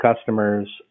customers